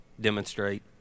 demonstrate